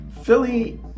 Philly